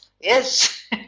yes